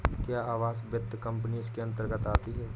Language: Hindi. क्या आवास वित्त कंपनी इसके अन्तर्गत आती है?